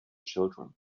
children